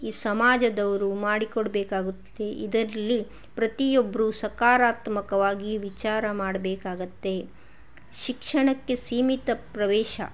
ಈ ಸಮಾಜದವರು ಮಾಡಿಕೊಡಬೇಕಾಗುತ್ತದೆ ಇದರಲ್ಲಿ ಪ್ರತಿಯೊಬ್ಬರೂ ಸಕಾರಾತ್ಮಕವಾಗಿ ವಿಚಾರ ಮಾಡಬೇಕಾಗತ್ತೆ ಶಿಕ್ಷಣಕ್ಕೆ ಸೀಮಿತ ಪ್ರವೇಶ